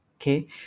okay